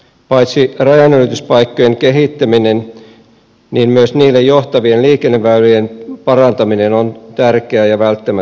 paitsi rajanylityspaikkojen kehittäminen myös niille johtavien liikenneväylien parantaminen on tärkeää ja välttämätöntä